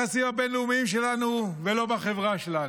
לא ביחסים הבין-לאומיים שלנו ולא בחברה שלנו.